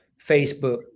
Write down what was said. Facebook